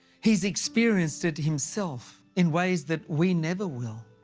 he's experienced it himself in ways that we never will.